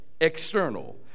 external